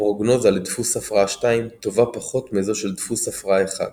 הפרוגנוזה לדפוס הפרעה 2 טובה פחות מזו של דפוס הפרעה 1,